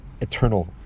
eternal